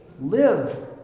live